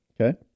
Okay